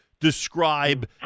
Describe